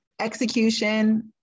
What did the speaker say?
execution